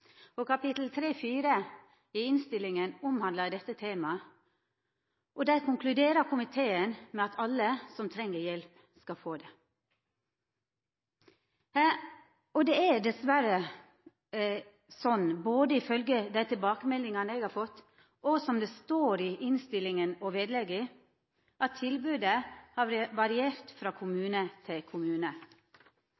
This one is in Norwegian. Kapittel 3.4 i innstillinga omhandlar dette temaet. Der konkluderer komiteen med at alle som treng hjelp, skal få det. Det er dessverre slik, både ifølgje dei tilbakemeldingane eg har fått, og som det står i innstillinga og vedlegga, at tilbodet har variert frå